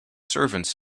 servants